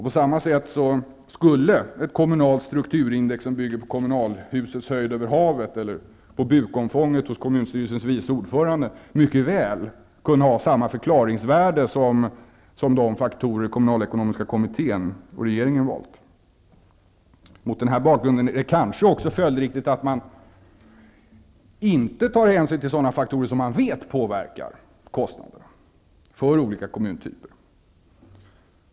På samma sätt skulle ett kommunalt strukturindex som bygger på kommunalhusets höjd över havet eller på bukomfånget hos kommunstyrelsens vice ordförande mycket väl kunna ha samma förklaringsvärde som de faktorer kommunalekonomiska kommittén och regeringen har valt. Mot den här bakgrunden är det kanske följdriktigt att man inte tar hänsyn till sådana faktorer som man vet påverkar kostnaderna för olika kommuntyper.